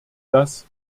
das